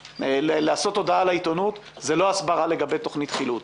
לעשות הודעה לעיתונות זה לא הסברה לגבי תוכנית חילוץ.